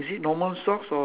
ah yes correct